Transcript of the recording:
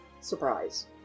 surprise